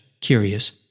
curious